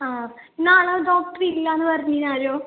ആ നാളെ ഡോക്ടർ ഇല്ല എന്ന് പറഞ്ഞിനി ആരോ